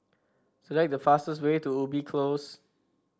select the fastest way to Ubi Close